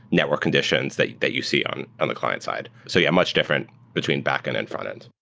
network conditions that you that you see on on the client side. so yeah, much different between backend and frontend.